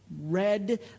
red